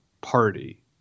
party